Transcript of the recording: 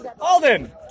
Alden